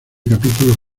capítulos